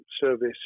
service